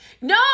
No